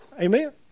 Amen